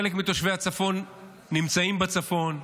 חלק מתושבי הצפון נמצאים בצפון,